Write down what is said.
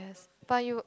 buy you